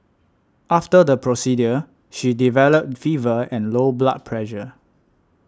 after the procedure she developed fever and low blood pressure